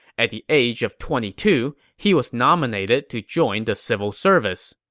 at the age of twenty two, he was nominated to join the civil service.